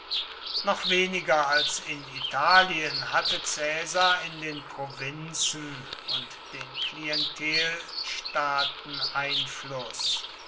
noch weniger als in italien hatte caesar in den provinzen und den klientelstaaten einfluß